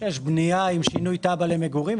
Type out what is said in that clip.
יש בנייה עם שינוי תב"ע למגורים.